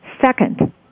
Second